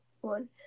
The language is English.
one